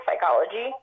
psychology